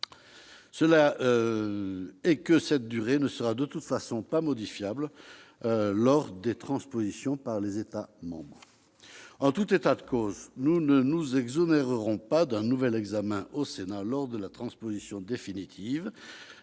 et que celle-ci ne sera pas modifiable lors des transpositions par les États membres. En tout état de cause, nous ne nous exonérerons pas d'un nouvel examen au Sénat lors de la transposition définitive